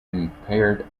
impaired